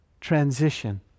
transition